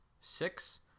Six